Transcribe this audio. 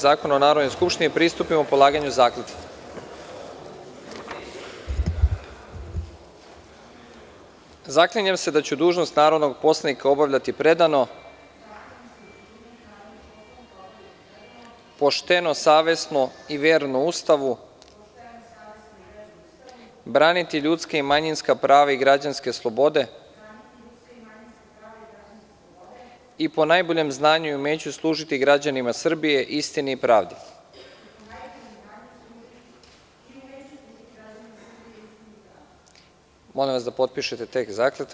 Zakona o Narodnoj skupštini pristupimo polaganju zakletve. (Predsednik čita tekst zakletve, narodni poslanik ponavlja.) „ZAKLINjEM SE DA ĆU DUŽNOST NARODNOG POSLANIKA OBAVLjATI PREDANO, POŠTENO, SAVESNO I VERNO USTAVU, BRANITI LjUDSKA I MANjINSKA PRAVA I GRAĐANSKE SLOBODE I PO NAJBOLjEM ZNANjU I UMEĆU SLUŽITI GRAĐANIMA SRBIJE, ISTINI I PRAVDI“ Molim vas da potpišete tekst zakletve.